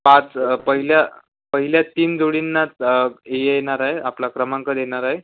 पाच पहिल्या पहिल्या तीन जोडींना येणार आहे आपला क्रमांक देणार आहे